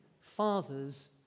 fathers